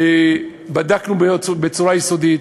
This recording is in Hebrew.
בדקנו בצורה יסודית.